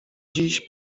dziś